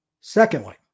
Secondly